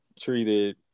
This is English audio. treated